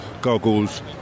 goggles